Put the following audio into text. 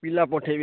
ପିଲା ପଠେଇ